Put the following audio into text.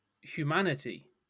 humanity